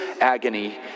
agony